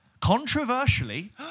Controversially